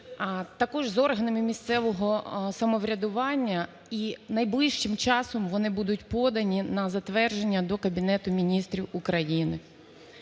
також з органами місцевого самоврядування і найближчим часом вони будуть подані на затвердження до Кабінету Міністрів України.